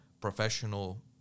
professional